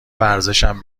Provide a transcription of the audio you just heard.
ورزشم